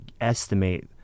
estimate